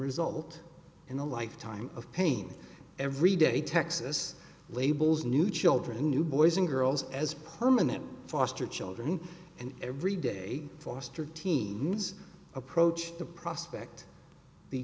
result in a lifetime of pain every day texas labels new children new boys and girls as permanent foster children and every day forster teens approach the prospect the